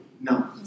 No